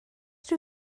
rhyw